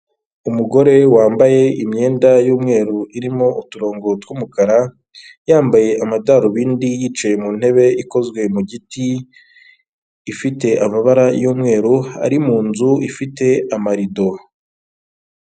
Umugore wambaye imyenda y'umweru irimo uturongo tw'umukara, yambaye amadarubindi yicaye mu ntebe ikozwe mu giti ifite amabara y'umweru, ari mu nzu ifite amarido.